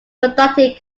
conducting